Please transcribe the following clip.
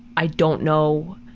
i don't know